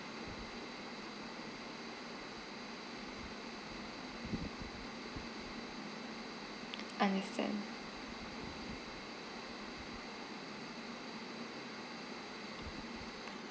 understand